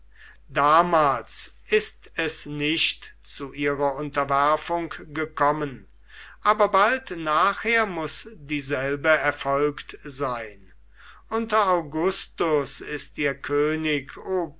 damals ist es nicht zu ihrer unterwerfung gekommen aber bald nachher muß dieselbe erfolgt sein unter augustus ist ihr könig